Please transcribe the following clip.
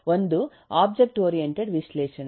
ಒಂದು object oriented ವಿಶ್ಲೇಷಣೆ